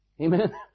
Amen